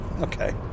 Okay